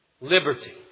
liberty